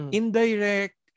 indirect